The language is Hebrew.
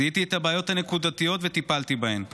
זיהיתי את הבעיות הנקודתיות וטיפלתי בהן.